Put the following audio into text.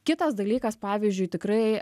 kitas dalykas pavyzdžiui tikrai